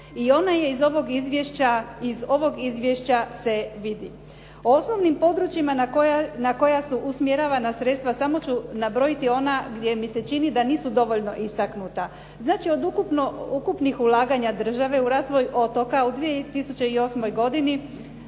i ona je iz ovog izvješća se vidi. Osnovnim područjima na koja su usmjeravana sredstva samo ću nabrojiti ona gdje mi se čini da nisu dovoljno istaknuta. Znači, od ukupnih ulaganja države u razvoj otoka u 2008. godini